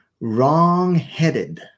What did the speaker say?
wrong-headed